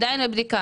היא עדיין בבדיקה.